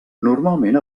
normalment